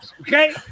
okay